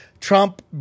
Trump